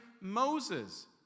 Moses